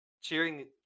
cheering